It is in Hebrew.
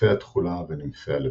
נימפאה תכולה ונימפאה לבנה.